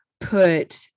put